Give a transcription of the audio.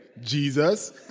Jesus